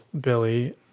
Billy